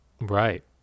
Right